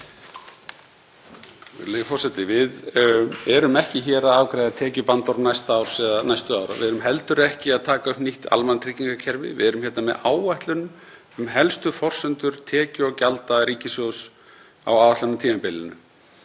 Við erum ekki hér að afgreiða tekjubandorm næsta árs eða næstu ára. Við erum heldur ekki að taka upp nýtt almannatryggingakerfi. Við erum hérna með áætlun um helstu forsendur tekju og gjalda ríkissjóðs á áætlunartímabilinu.